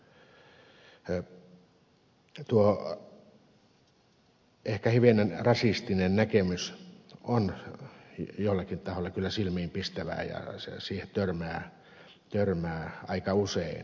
tuo ehkä hivenen rasistinen näkemys on joillakin tahoilla kyllä silmiinpistävää ja siihen törmää aika usein